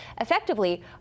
effectively